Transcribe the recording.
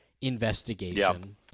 investigation